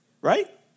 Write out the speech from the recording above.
right